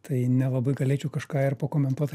tai nelabai galėčiau kažką ir pakomentuot